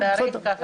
בסדר.